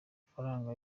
amafaranga